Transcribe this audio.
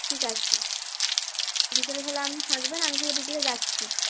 ঠিক আছে বিকেলে তাহলে আপনি থাকবেন আমি তাহলে বিকেলে যাচ্ছি